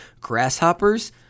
Grasshoppers